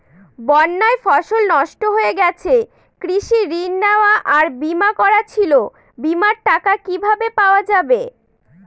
বন্যায় ফসল নষ্ট হয়ে গেছে কৃষি ঋণ নেওয়া আর বিমা করা ছিল বিমার টাকা কিভাবে পাওয়া যাবে?